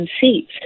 seats